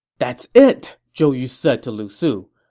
that's it! zhou yu said to lu su.